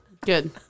Good